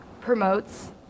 promotes